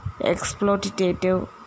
exploitative